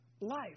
life